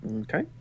Okay